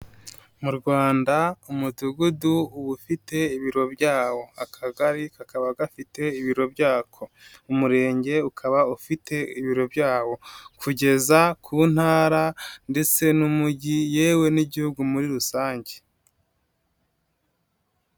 Mu Rwanda Umudugudu uba ufite ibiro byawo, Akagari kakaba gafite ibiro byako, Umurenge ukaba ufite ibiro byawo, kugeza ku ntara ndetse n'umugi, yewe n'Igihugu muri rusange.